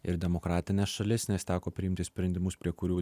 ir demokratines šalis nes teko priimti sprendimus prie kurių